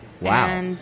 wow